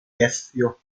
ezio